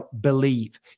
believe